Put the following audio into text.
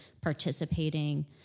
participating